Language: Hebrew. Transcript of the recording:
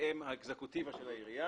הם מהווים את האקזקוטיבה של העירייה,